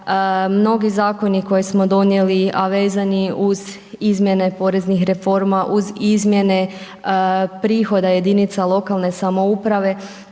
mnogi zakoni koji smo donijeli a vezani uz izmjene poreznih reforma, uz izmjene prihoda jedinica lokalne samouprave